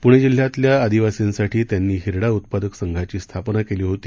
पुणे जिल्ह्यातल्या आदिवासींसाठी त्यांनी हिरडा उत्पादक संघाची स्थापना केली होती